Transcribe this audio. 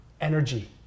energy